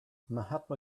mahatma